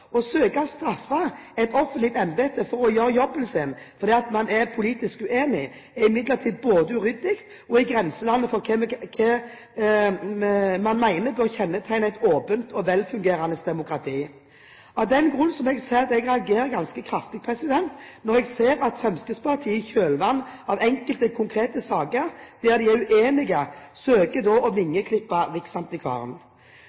Å søke å straffe et offentlig embete for å gjøre jobben sin fordi man er politisk uenig, er imidlertid både uryddig og i grenseland for hva man mener bør kjennetegne et åpent og velfungerende demokrati. Av den grunn må jeg si jeg reagerer ganske kraftig når jeg ser at Fremskrittspartiet i kjølvannet av enkelte konkrete saker der de er uenige, søker å